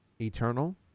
eternal